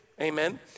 Amen